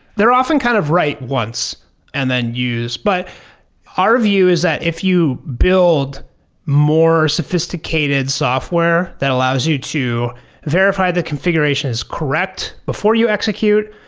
they're often kind of write once and then use. but our view is that if you build more sophisticated software that allows you to verify the configuration is correct before you execute,